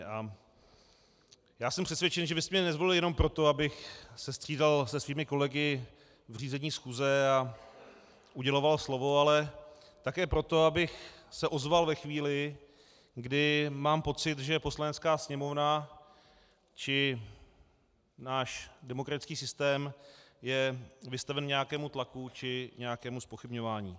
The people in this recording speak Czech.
A já jsem přesvědčen, že byste mě nezvolili jenom proto, abych se střídal se svými kolegy v řízení schůze a uděloval slovo, ale také proto, abych se ozval ve chvíli, kdy mám pocit, že Poslanecká sněmovna či náš demokratický systém je vystaven nějakému tlaku či nějakému zpochybňování.